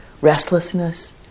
restlessness